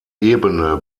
ebene